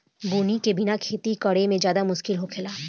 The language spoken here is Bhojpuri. बुनी के बिना खेती करेमे ज्यादे मुस्किल होखेला